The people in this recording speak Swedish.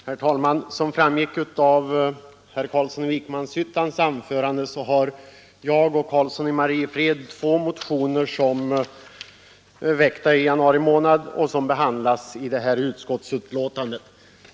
Herr talman! Som framgick av herr Carlssons i Vikmanshyttan anförande har herr Karlsson i Mariefred och jag väckt två motioner som behandlas i det här utskottsbetänkandet.